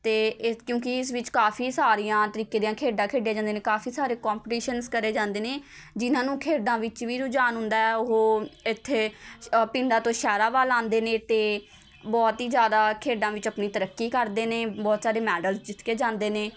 ਅਤੇ ਇ ਕਿਉਂਕਿ ਇਸ ਵਿੱਚ ਕਾਫੀ ਸਾਰੀਆਂ ਤਰੀਕੇ ਦੀਆਂ ਖੇਡਾਂ ਖੇਡੀਆਂ ਜਾਂਦੀਆਂ ਨੇ ਕਾਫੀ ਸਾਰੇ ਕੋਂਪੀਟੀਸ਼ਨਸ ਕਰੇ ਜਾਂਦੇ ਨੇ ਜਿਨ੍ਹਾਂ ਨੂੰ ਖੇਡਾਂ ਵਿੱਚ ਵੀ ਰੁਝਾਨ ਹੁੰਦਾ ਉਹ ਇੱਥੇ ਪਿੰਡਾਂ ਤੋਂ ਸ਼ਹਿਰਾਂ ਵੱਲ ਆਉਂਦੇ ਨੇ ਅਤੇ ਬਹੁਤ ਹੀ ਜ਼ਿਆਦਾ ਖੇਡਾਂ ਵਿੱਚ ਆਪਣੀ ਤਰੱਕੀ ਕਰਦੇ ਨੇ ਬਹੁਤ ਸਾਰੇ ਮੈਡਲ ਜਿੱਤ ਕੇ ਜਾਂਦੇ ਨੇ